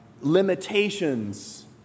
limitations